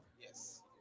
yes